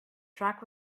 track